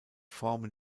formen